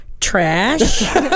trash